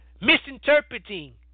misinterpreting